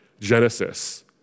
Genesis